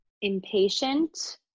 Impatient